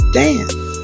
dance